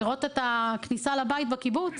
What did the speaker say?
לראות את הכניסה לבית בקיבוץ.